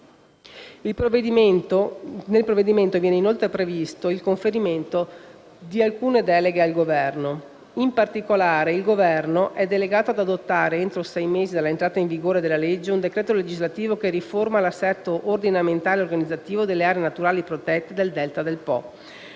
Nel provvedimento viene inoltre previsto il conferimento di alcune deleghe al Governo. In particolare, il Governo è delegato ad adottare, entro sei mesi dalla data di entrata in vigore della legge, un decreto legislativo che riforma l'assetto ordinamentale e organizzativo delle aree naturali protette del Delta del Po